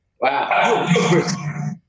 Wow